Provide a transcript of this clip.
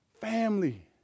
Family